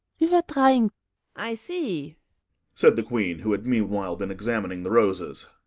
we were trying i see said the queen, who had meanwhile been examining the roses.